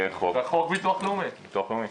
בחוק ביטוח לאומי.